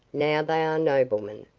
now they are noblemen.